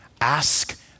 ask